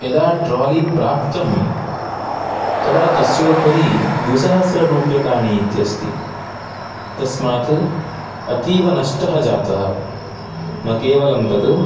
यदा ट्रोलि प्राप्तम् तदा तस्योपरि द्विसहस्ररुप्यकाणि इत्यस्ति तस्मात् अतीवनष्टः जातः न केवलं तत्